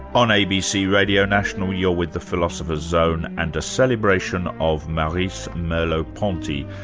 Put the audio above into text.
on abc radio national you're with the philosopher's zone and a celebration of maurice merleau-ponty,